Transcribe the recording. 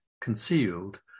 concealed